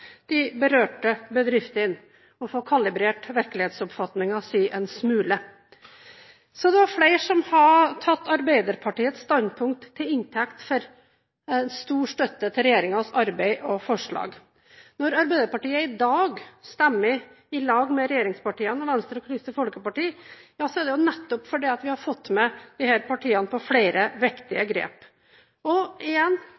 få kalibrert virkelighetsoppfatningen sin en smule. Så er det flere som har tatt Arbeiderpartiets standpunkt til inntekt for stor støtte til regjeringens arbeid og forslag. Når Arbeiderpartiet i dag stemmer i lag med regjeringspartiene, Venstre og Kristelig Folkeparti, er det nettopp fordi vi har fått disse partiene med på flere viktige grep. Jeg vil igjen